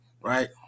right